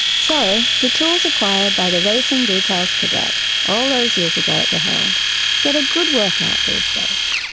so the tools acquired by the racing details cadet all those years ago at the herald get a good workout these days,